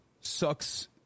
sucks